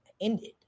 ended